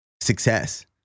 success